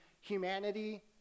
humanity